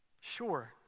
sure